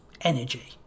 energy